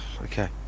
Okay